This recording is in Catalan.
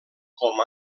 com